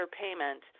payment